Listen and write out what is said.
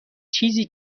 چیزی